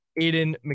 Aiden